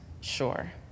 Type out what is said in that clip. sure